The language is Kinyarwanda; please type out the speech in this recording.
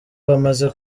bamaze